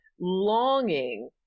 longing